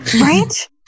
Right